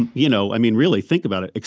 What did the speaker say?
you know i mean, really, think about it.